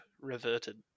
reverted